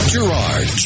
Gerard